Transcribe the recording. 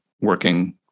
working